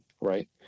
right